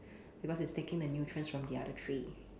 because it's taking the nutrients from the other three